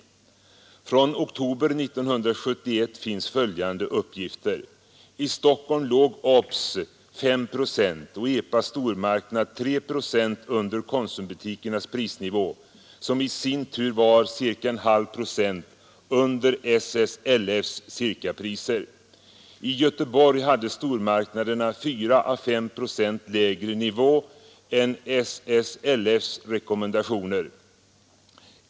Från oktober 1971 finns följande uppgifter: I Stockholm låg Obs 5 procent och Epa stormarknad 3 procent under Konsumbutikernas prisnivå, som i sin tur var ca 0,5 procent under SSLF:s cirkapriser. I Göteborg hade stormarknaderna 4 å 5 procent lägre nivå än SSLF:s rekommendationer.